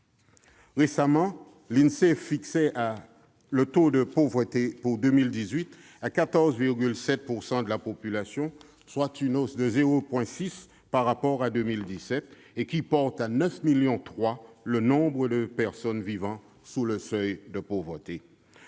Récemment, l'Insee fixait le taux de pauvreté pour 2018 à 14,7 % de la population, soit une hausse de 0,6 point par rapport à 2017. Cela porte à 9,3 millions le nombre de personnes vivant sous le seuil de pauvreté.